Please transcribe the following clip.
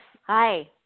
hi